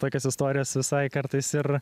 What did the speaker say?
tokios istorijos visai kartais ir